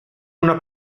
una